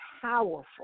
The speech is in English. powerful